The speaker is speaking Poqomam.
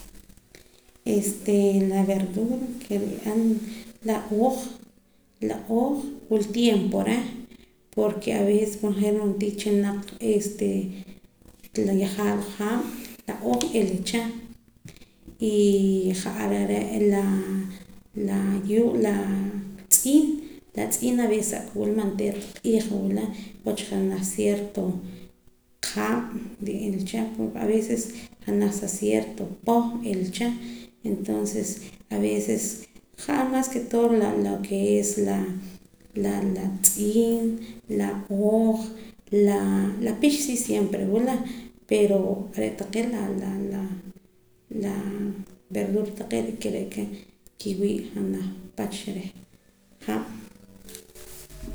Este la verdura ke nri'an la ooj la ooj wula tiempo reh porke avece je' ro'ntii chilnaq este la yajaalwa haab' la ooj n'ila cha y ja'ar are' la tz'iin ab'ees aka wula man onteera ta q'iij wula wach janaj cierto haab' n'ila cha aveces janaj sa cierto poh n'ila cha entonces aveces maas ke todo la lo ke es la tz'iin la ooj la pix si simpre wula pero re' taqee la verdura taqee' ki wii' janaj pach reh haab'